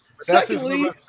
Secondly